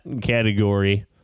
category